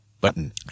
button